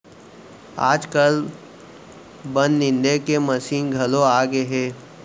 आजकाल बन निंदे के मसीन घलौ आगे हे